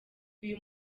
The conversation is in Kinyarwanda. uyu